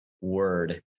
word